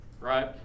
Right